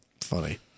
Funny